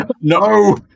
no